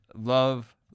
love